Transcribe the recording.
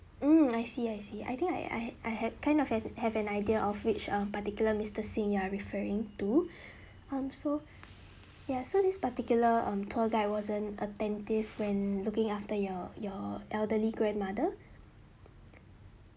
mm I see I see I think I I I have kind of ha~ have an idea of which uh particular mister singh you are referring to um so ya so this particular um tour guide wasn't attentive when looking after your your elderly grandmother